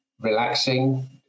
relaxing